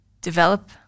develop